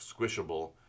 squishable